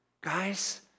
guys